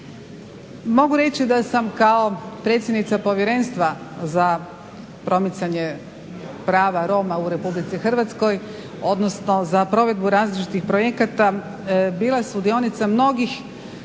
Mogu reći da sam kao predsjednica Povjerenstva za promicanje prava Roma u Republici Hrvatskoj, odnosno za provedbu različitih projekata bila sudionica mnogih